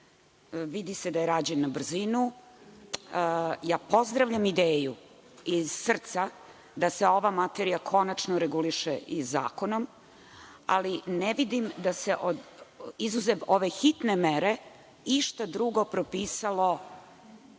vidi se da je rađeno na brzinu. Pozdravljam ideju, iz srca, da se ova materija konačno reguliše zakonom, ali ne vidim da se, izuzev ove hitne mere, išta drugo propisalo